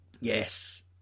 Yes